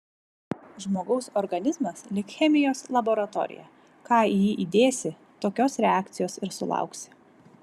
žmogaus organizmas lyg chemijos laboratorija ką į jį įdėsi tokios reakcijos ir sulauksi